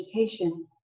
education